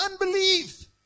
unbelief